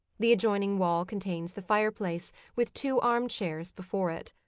the adjoining wall contains the fireplace, with two arm-chairs before it.